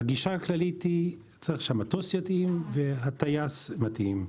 הגישה הכללית היא: צריך שהמטוס יתאים והטייס מתאים.